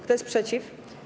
Kto jest przeciw?